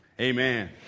Amen